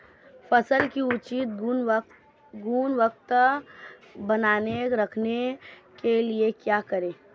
फसल की उच्च गुणवत्ता बनाए रखने के लिए क्या करें?